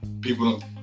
People